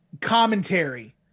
commentary